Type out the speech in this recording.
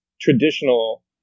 traditional